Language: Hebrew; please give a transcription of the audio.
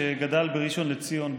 שגדל בראשון לציון,